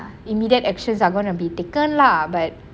immediate actions are gonna be taken lah but